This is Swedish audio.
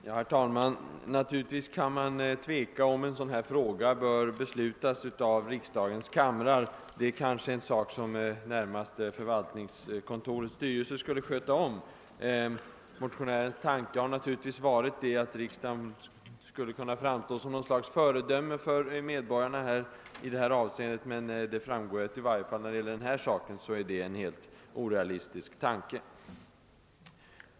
Herr talman! Man kan naturligtvis tveka om huruvida riksdagens kamrar bör besluta i en sådan här fråga. Det kanske är en sak som förvaltningskontorets styrelse närmast skall sköta om. Men motionärernas tanke har kanske varit att riksdagen skulle kunna framstå som något slags föredöme för medborgarna. Uppenbarligen är detta en orealistisk tanke, i vart fall i detta sammanhang.